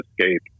escape